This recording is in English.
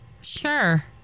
sure